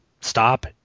stop